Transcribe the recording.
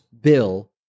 bill